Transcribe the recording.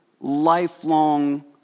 lifelong